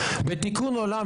בתיקון עולם,